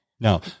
Now